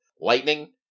Lightning